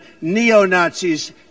neo-Nazis